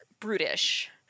Brutish